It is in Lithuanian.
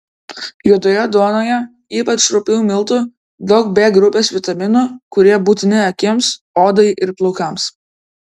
juodoje duonoje ypač rupių miltų daug b grupės vitaminų kurie būtini akims odai ir plaukams